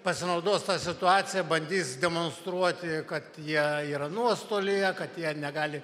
pasinaudos ta situacija bandys demonstruoti kad jie yra nuostolyje kad jie negali